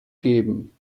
geben